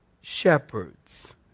shepherds